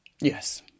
Yes